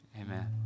Amen